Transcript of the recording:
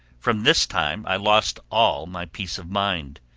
from this time i lost all my peace of mind.